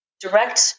direct